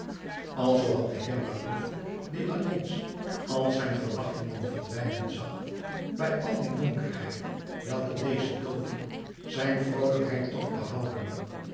alzoo had de heer mabeuf die allengs al zijn verwachtingen verdwijnen zag bij al die donkerheid welke deze doofde zijn vroolijkheid toch behouden